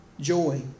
joy